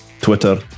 Twitter